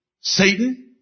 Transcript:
Satan